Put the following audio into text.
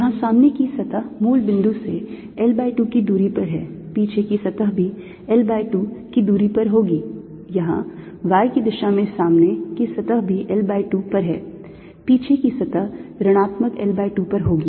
यहाँ सामने की सतह मूल बिंदु से L by 2 की दूरी पर है पीछे की सतह भी L by 2 की दूरी पर होगी यहाँ y की दिशा में सामने की सतह भी L by 2 पर है पीछे की सतह ऋणात्मक L by 2 पर होगी